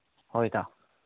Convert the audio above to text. ꯍꯣꯏ ꯏꯇꯥꯎ